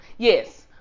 Yes